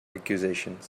accusations